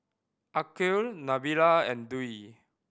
Aqil Nabila and Dwi